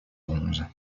bronze